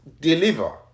deliver